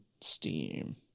Steam